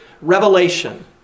revelation